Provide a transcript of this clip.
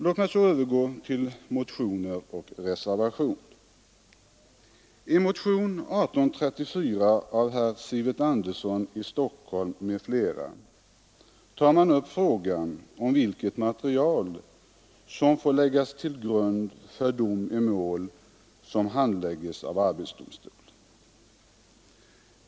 Låt mig så övergå till motioner och reservation. I motionen 1834 av herr Sivert Andersson i Stockholm m.fl. tar man upp frågan om vilket material som får utgöra grund för dom i mål som handlägges av arbetsdomstol.